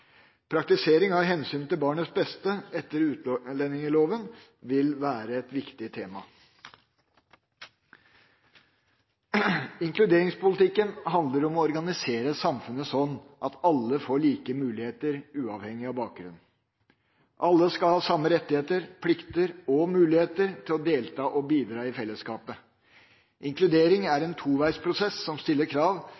Praktisering av hensynet til barnets beste etter utlendingsloven vil være et viktig tema. Inkluderingspolitikken handler om å organisere samfunnet slik at alle får like muligheter uavhengig av bakgrunn. Alle skal ha samme rettigheter, plikter og muligheter til å delta og bidra i fellesskapet. Inkludering er